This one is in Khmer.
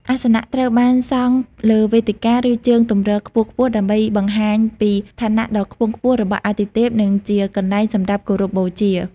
អាសនៈត្រូវបានសង់លើវេទិកា ឬជើងទម្រខ្ពស់ៗ ដើម្បីបង្ហាញពីឋានៈដ៏ខ្ពង់ខ្ពស់របស់អាទិទេព និងជាកន្លែងសម្រាប់គោរពបូជា។